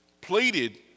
pleaded